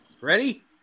Ready